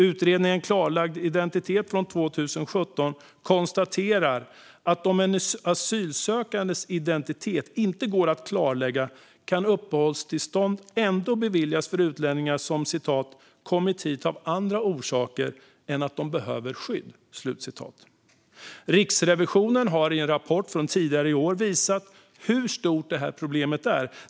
Utredningen Klarlagd identitet från 2017 konstaterar att om en asylsökandes identitet inte går att klarlägga kan uppehållstillstånd ändå beviljas för utlänningar som "kommit hit av andra orsaker än att de behöver skydd". Riksrevisionen har i en rapport från tidigare i år visat hur stort problemet är.